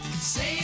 Save